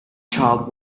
child